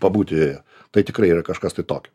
pabūti tai tikrai yra kažkas tai tokio